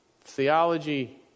theology